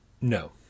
No